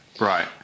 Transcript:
Right